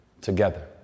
together